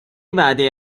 وعده